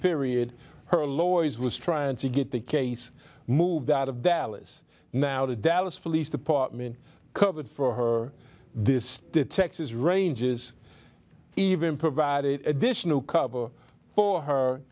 period her lawyers was trying to get the case moved out of dallas now the dallas police department covered for her this texas ranges even provided addition to cover for her